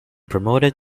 promoted